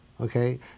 Okay